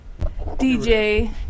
DJ